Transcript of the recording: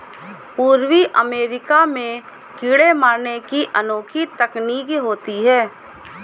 पूर्वी अमेरिका में कीड़े मारने की अनोखी तकनीक होती है